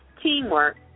Teamwork